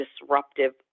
disruptive